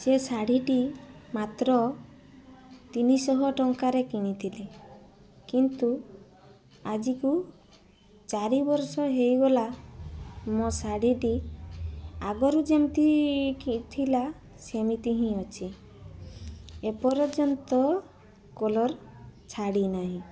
ସେ ଶାଢ଼ୀଟି ମାତ୍ର ତିନିଶହ ଟଙ୍କାରେ କିଣିଥିଲି କିନ୍ତୁ ଆଜିକୁ ଚାରିବର୍ଷ ହେଇଗଲା ମୋ ଶାଢ଼ୀଟି ଆଗରୁ ଯେମିତି ଥିଲା ସେମିତି ହିଁ ଅଛି ଏପର୍ଯ୍ୟନ୍ତ କଲର୍ ଛାଡ଼ିନାହିଁ